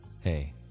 Hey